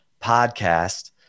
podcast